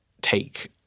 take